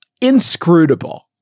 inscrutable